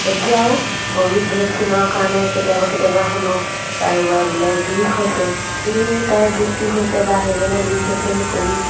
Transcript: এতিয়াও ক'ভিড ভেকচিনৰ কাৰণে কেতিয়াবা কেতিয়াবা শুনো কাৰোবাৰ বোলে বিষ হৈছে সেই তাইৰ বিষটো হৈছে বা সেইজনৰ বিষ হৈছে সেই ক'ভিড